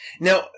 Now